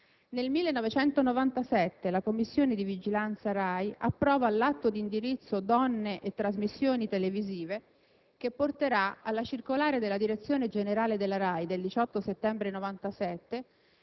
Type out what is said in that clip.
Nel 1997 la Commissione di vigilanza RAI approva l'atto d'indirizzo «Donne e trasmissioni televisive», che porterà alla circolare della direzione generale della RAI del 18 settembre 1997